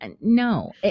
no